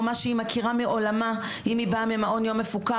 או מה שהיא מכירה מעולמה אם היא באה ממעון יום מפוקח,